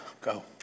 Go